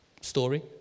story